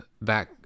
back